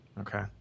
Okay